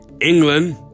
England